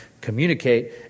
communicate